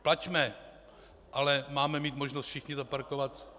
Plaťme, ale máme mít možnost všichni zaparkovat.